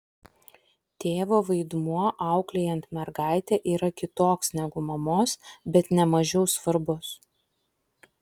tėvo vaidmuo auklėjant mergaitę yra kitoks negu mamos bet ne mažiau svarbus